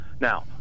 Now